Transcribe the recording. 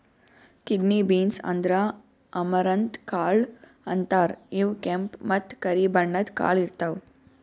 kidney beans ಅಂದ್ರ amaranth ಕಾಳ್ ಅಂತಾರ್ ಇವ್ ಕೆಂಪ್ ಮತ್ತ್ ಕರಿ ಬಣ್ಣದ್ ಕಾಳ್ ಇರ್ತವ್